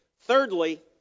Thirdly